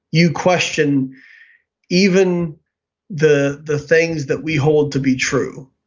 you question even the the things that we hold to be true.